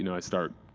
you know i start